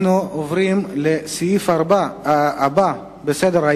אנחנו עוברים לסעיף הבא בסדר-היום: